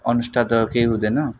अनुष्ठान त केही हुँदैन